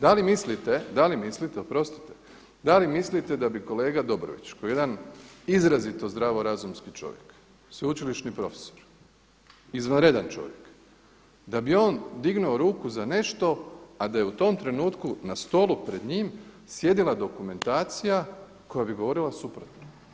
Da li mislite, da li mislite, oprostite, da li mislite da bi kolega Dobrović kao jedan izrazito zdravorazumski čovjek, sveučilišni profesor, izvanredan čovjek, da bi on dignuo ruku za nešto a da je u tom trenutku na stolu pred njim sjedila dokumentacija koja bi govorila suprotno?